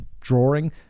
drawing